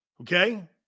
Okay